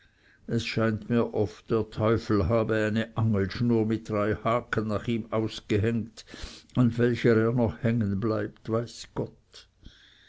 es scheint mir oft der teufel habe eine angelschnur mit drei haken nach ihm ausgehängt an welcher noch hängen bleibt weiß gott